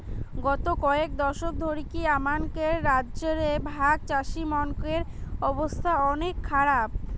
গত কয়েক দশক ধরিকি আমানকের রাজ্য রে ভাগচাষীমনকের অবস্থা অনেক খারাপ